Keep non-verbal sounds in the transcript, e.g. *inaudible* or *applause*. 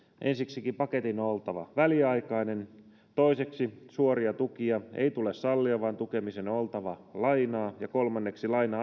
ensiksikin paketin on oltava väliaikainen toiseksi suoria tukia ei tule sallia vaan tukemisen on oltava lainaa ja kolmanneksi laina *unintelligible*